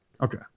Okay